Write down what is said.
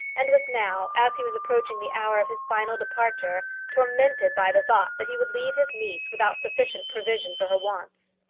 and was now, as he was approaching the hour of his final departure, tormented by the thought that he would leave his niece without sufficient provision for her wants.